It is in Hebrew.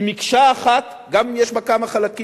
היא מקשה אחת, גם אם יש בה כמה חלקים.